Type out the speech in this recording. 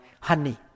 honey